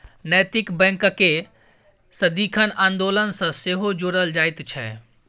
नैतिक बैंककेँ सदिखन आन्दोलन सँ सेहो जोड़ल जाइत छै